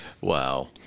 Wow